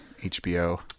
HBO